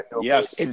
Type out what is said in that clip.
Yes